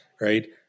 right